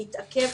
נתעכב,